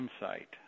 insight